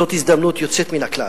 זאת הזדמנות יוצאת מן הכלל